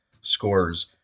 scores